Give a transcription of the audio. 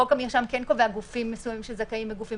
חוק המרשם קובע גופים מסוימים שזכאים וגופים